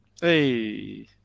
Hey